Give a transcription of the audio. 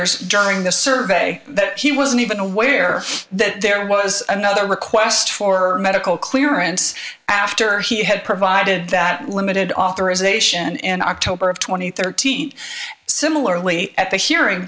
ors during the survey that he wasn't even aware that there was another request for medical clearance after he had provided that limited authorization in october of two thousand and thirteen similarly at the hearing